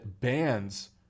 bans